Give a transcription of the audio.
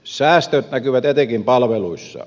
säästöt näkyvät etenkin palveluissa